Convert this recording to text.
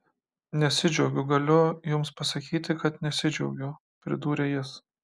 nesidžiaugiu galiu jums pasakyti kad nesidžiaugiu pridūrė jis